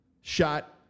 shot